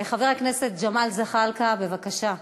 חבר הכנסת ג'מאל זחאלקה, בבקשה.